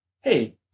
hey